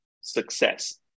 success